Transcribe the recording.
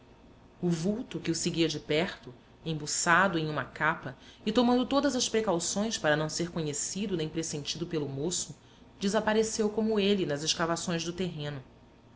o vulto que o seguia de perto embuçado em uma capa e tomando todas as precauções para não ser conhecido nem pressentido pelo moço desapareceu como ele nas escavações do terreno